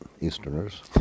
Easterners